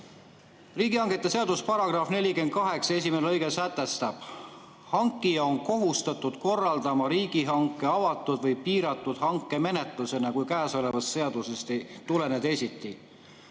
Riigihangete seaduse § 48 esimene lõige sätestab: "Hankija on kohustatud korraldama riigihanke avatud või piiratud hankemenetlusena, kui käesolevast seadusest ei tulene teisiti."